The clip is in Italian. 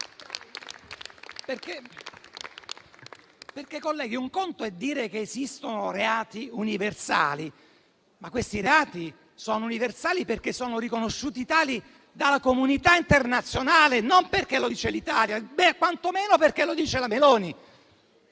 Colleghi, un conto è dire che esistono reati universali: questi reati sono universali perché sono riconosciuti tali dalla comunità internazionale, non perché lo dice l'Italia o perché lo dice la Meloni.